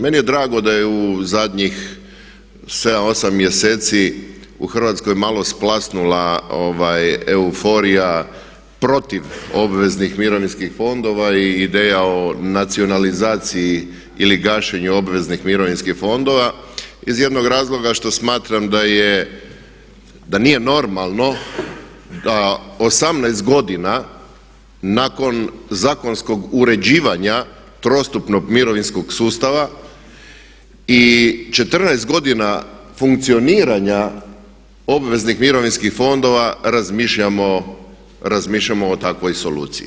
Meni je drago da je u zadnjih 7, 8 mjeseci u Hrvatskoj malo splasnula euforija protiv obveznih mirovinskih fondova i ideja o nacionalizaciji ili gašenju obveznih mirovinskih fondova iz jednog razloga što smatram da nije normalno da 18 godina nakon zakonskog uređivanja trostupnog mirovinskog sustava i 14 godina funkcioniranja obveznih mirovinskih fondova razmišljamo o takvoj soluciji.